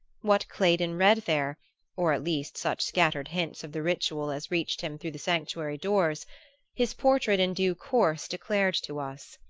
what claydon read there or at least such scattered hints of the ritual as reached him through the sanctuary doors his portrait in due course declared to us.